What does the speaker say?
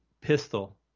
pistol –